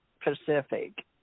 Pacific